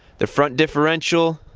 the front differential,